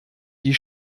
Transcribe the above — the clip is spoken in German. die